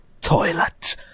toilet